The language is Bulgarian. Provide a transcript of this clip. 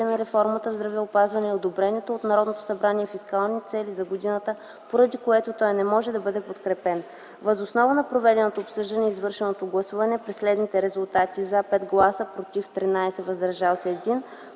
на реформата в здравеопазването и одобрени от Народното събрание фискални цели за годината, поради което той не може да бъде подкрепен. Въз основа на проведеното обсъждане и извършеното гласуване със следните резултати: „за” – 5 гласа, „против” – 13, „въздържал се”